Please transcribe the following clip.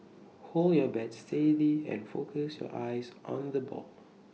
hold your bat steady and focus your eyes on the ball